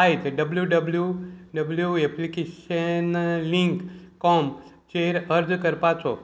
आयज W W W application link com चेर अर्ज करपाचो